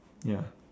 ya